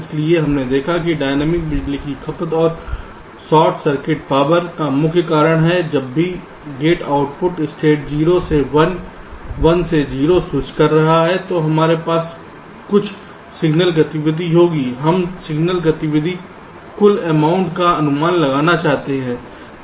इसलिए हमने देखा है कि डायनेमिक बिजली की खपत और शॉर्ट सर्किट पावर का मुख्य कारण है जब भी गेट आउटपुट स्टेट 0 से 1 1 से 0 स्विच कर रहा होता है तो हमारे पास कुछ सिग्नल गतिविधि होती है हम सिग्नल गतिविधि कुल अमाउंट का अनुमान लगाना चाहते हैं